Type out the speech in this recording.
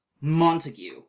Montague